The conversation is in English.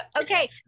Okay